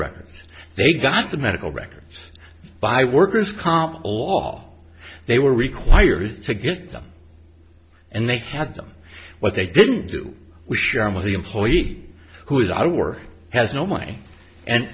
records they got the medical records by worker's comp all they were required to get them and they had them what they didn't do with sharon was the employee who is i work has no money and